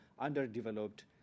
underdeveloped